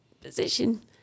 position